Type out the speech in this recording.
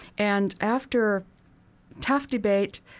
and after tough debate,